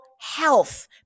health